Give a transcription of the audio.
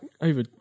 over